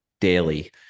daily